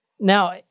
Now